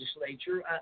legislature